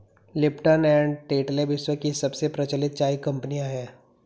Lipton and Tetley विश्व की सबसे प्रचलित चाय कंपनियां है